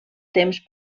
temps